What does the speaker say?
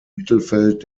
mittelfeld